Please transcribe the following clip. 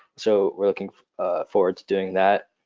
so we're looking forward to doing that.